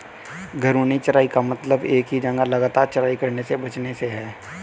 घूर्णी चराई का मतलब एक ही जगह लगातार चराई करने से बचने से है